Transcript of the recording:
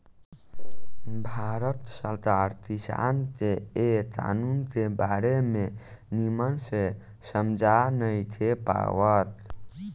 भारत सरकार किसान के ए कानून के बारे मे निमन से समझा नइखे पावत